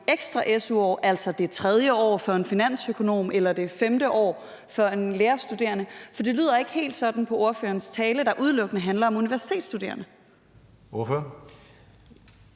ekstra su-år, altså det tredje år for en finansøkonom eller det femte år for en lærerstuderende? For det lyder ikke helt sådan på ordførerens tale, der udelukkende handler om universitetsstuderende. Kl.